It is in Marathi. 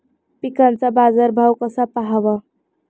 पिकांचा बाजार भाव कसा पहावा?